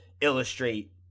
illustrate